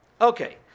Okay